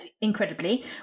incredibly